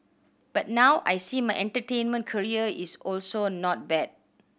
but now I see my entertainment career is also not bad